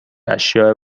اشیاء